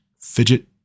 fidget